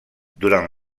durant